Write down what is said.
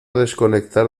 desconectar